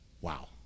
Wow